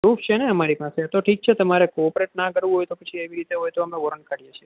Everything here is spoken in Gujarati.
પ્રૂફ છે ને અમારી પાસે તો ઠીક છે તમારે કોઓપરેટ ના કરવું હોય તો પછી એવી રીતે હોય તો અમે વોરન્ટ કાઢીએ છીએ